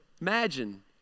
Imagine